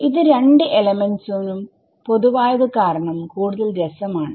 ഇത് രണ്ട് എലമെൻസ് നും പൊതുവായത് കാരണം കൂടുതൽ രസമാണ്